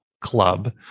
Club